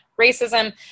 racism